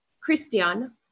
Christian